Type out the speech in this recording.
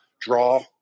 draw